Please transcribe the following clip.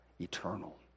eternal